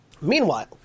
Meanwhile